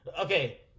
okay